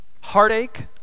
heartache